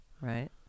Right